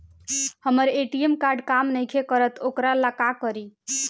हमर ATM card काम नईखे करत वोकरा ला का करी?